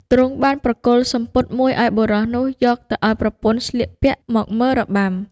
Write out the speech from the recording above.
ទ្រង់បានប្រគល់សំពត់មួយឱ្យបុរសនោះយកទៅឱ្យប្រពន្ធស្លៀកពាក់មកមើលរបាំ។